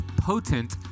potent